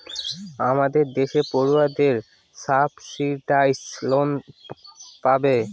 আমাদের দেশের পড়ুয়ারা সাবসিডাইস লোন পাবে